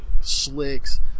Slicks